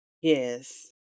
Yes